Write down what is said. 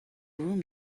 room